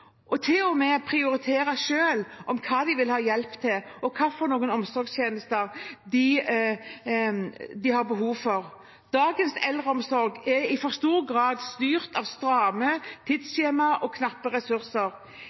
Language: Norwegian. og til og med å prioritere selv hva de vil ha hjelp til, og hvilke omsorgstjenester de har behov for. Dagens eldreomsorg er i for stor grad styrt av stramme tidsskjemaer og knappe ressurser.